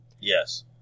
Yes